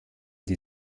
die